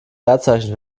leerzeichen